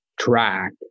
track